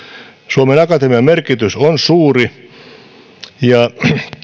suomen akatemian merkitys on suuri ja